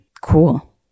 cool